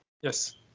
Yes